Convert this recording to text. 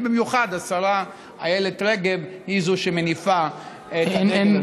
ובמיוחד השרה איילת רגב היא זו שמניפה את הדגל.